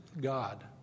God